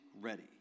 ready